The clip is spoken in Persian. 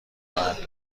خواهد